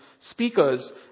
speakers